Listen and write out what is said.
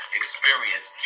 experience